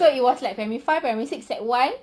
so it was like primary five primary six secondary one